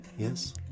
Yes